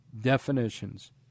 definitions